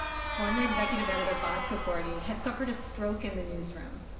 former executive editor bob gabordi had suffered a stroke in the newsroom.